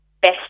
best